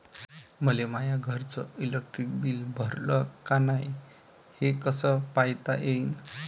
मले माया घरचं इलेक्ट्रिक बिल भरलं का नाय, हे कस पायता येईन?